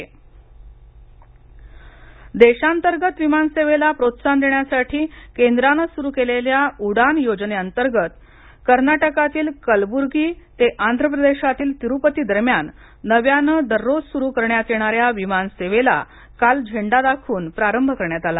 उडान देशांतर्गत विमानसेवेला प्रोत्साहन देण्यासाठी केंद्राने सुरु केलेल्या उडान योजनेअंतर्गत कर्नाटकातील कलबुर्गी ते आंध्र प्रदेशातील तिरुपती दरम्यान नव्याने दररोज सुरु करण्यात येणाऱ्या विमानसेवेला काल झेंडा दाखवून प्रारंभ करण्यात आला